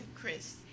Chris